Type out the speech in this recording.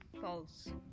False